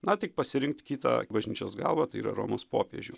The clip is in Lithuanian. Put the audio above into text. na tik pasirinkt kitą bažnyčios galvą tai yra romos popiežių